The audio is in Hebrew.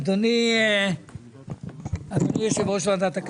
ההצעה שעומדת על הפרק היא להיות צמודים